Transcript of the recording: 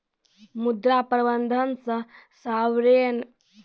मुद्रा प्रबंधन मे सावरेन वेल्थ फंडो के खास भूमिका देखलो जाय छै